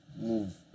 move